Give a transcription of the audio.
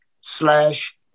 slash